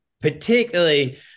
particularly